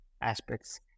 aspects